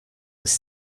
was